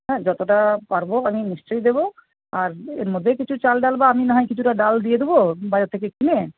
হ্যাঁ যতটা পারব আমি নিশ্চয়ই দেবো আর এর মধ্যেই কিছু চাল ডাল বা আমি না হয় কিছুটা ডাল দিয়ে দেবো বাইরের থেকে কিনে